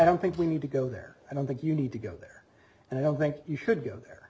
don't think we need to go there i don't think you need to go there and i don't think you should go there